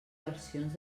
versions